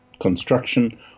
construction